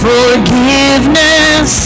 Forgiveness